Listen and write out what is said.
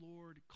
Lord